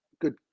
good